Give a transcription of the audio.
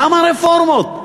כמה רפורמות?